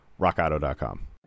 rockauto.com